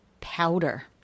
powder